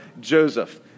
Joseph